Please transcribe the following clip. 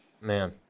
man